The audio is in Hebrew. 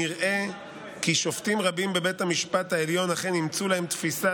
נראה כי שופטים רבים בבית המשפט העליון אכן אימצו להם תפיסה